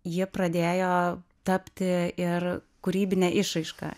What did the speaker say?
jie pradėjo tapti ir kūrybine išraiška